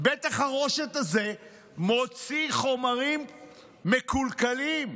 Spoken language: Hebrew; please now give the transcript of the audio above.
בית החרושת הזה מוציא חומרים מקולקלים.